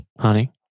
honey